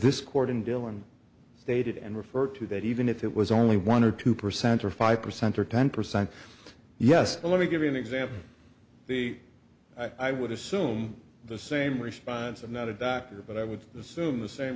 this court in dillon stated and referred to that even if it was only one or two percent or five percent or ten percent yes let me give you an example the i would assume the same response and not a doctor but i would assume the same